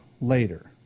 later